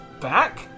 back